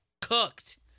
cooked